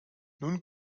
nun